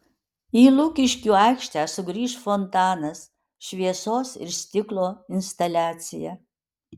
į lukiškių aikštę sugrįš fontanas šviesos ir stiklo instaliacija